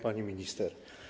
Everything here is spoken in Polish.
Pani Minister!